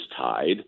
tied